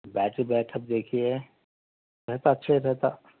battery backup دیکھیے ہے تو اچھا ہی رہتا